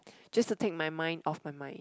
just to take my mind off my mind